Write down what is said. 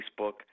Facebook